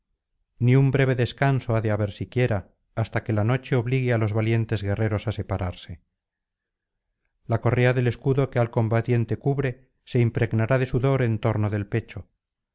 ni un breve descanso ha de haber siquiera hasta que la noche obligue á los valientes guerreros á separarse la correa del escudo que al combatiente cubre se impregnará de sudor en torno del pecho